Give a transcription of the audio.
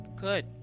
Good